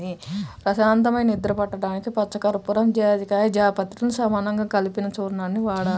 ప్రశాంతమైన నిద్ర పట్టడానికి పచ్చకర్పూరం, జాజికాయ, జాపత్రిలను సమానంగా కలిపిన చూర్ణాన్ని వాడాలి